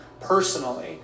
personally